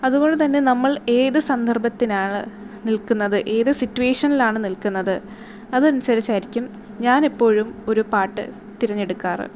അത്കൊണ്ട് തന്നെ നമ്മള് ഏത് സന്ദര്ഭത്തിനാണ് നിൽക്കുന്നത് ഏത് സിറ്റുവേഷനിലാണ് നിൽക്കുന്നത് അതനുസരിച്ചായിരിക്കും ഞാന് എപ്പോഴും ഒരു പാട്ട് തെരഞ്ഞെടുക്കാറുള്ളത്